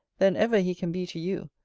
than ever he can be to you,